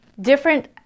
different